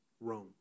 Rome